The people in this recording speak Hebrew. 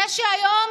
זה שהיום